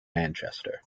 manchester